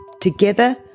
Together